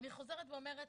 אני חוזרת ואומרת,